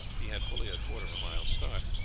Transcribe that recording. he had fully a quarter of a mile start,